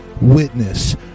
witness